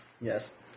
Yes